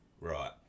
Right